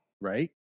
right